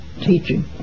teaching